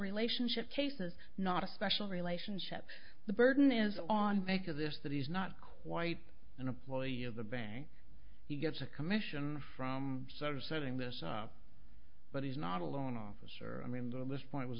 relationship cases not a special relationship the burden is on bank of this that he's not quite an employee of the bank he gets a commission from sort of setting this up but he's not a loan officer remember this point was